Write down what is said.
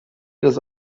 das